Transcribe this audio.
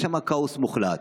יש שם כאוס מוחלט.